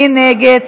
מי נגד?